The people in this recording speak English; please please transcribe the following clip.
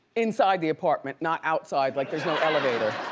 inside the apartment, not outside. like there's no elevator.